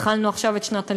התחלנו עכשיו את שנת הלימודים,